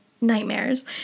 nightmares